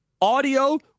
Audio